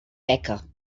beca